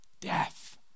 death